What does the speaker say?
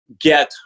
get